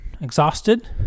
exhausted